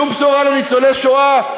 שום בשורה לניצולי שואה,